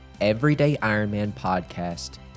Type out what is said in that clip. everydayironmanpodcast